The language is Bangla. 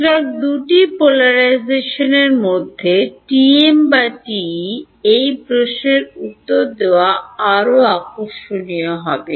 সুতরাং দুটি পোলারাইজেশনের মধ্যে TM বা TE এই প্রশ্নের উত্তর দেওয়া আরও আকর্ষণীয় হবে